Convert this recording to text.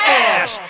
ass